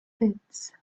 pits